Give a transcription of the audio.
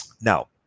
Now